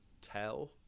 tell